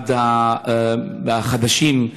אחד החדשים,